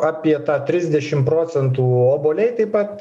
apie tą trisdešim procentų obuoliai taip pat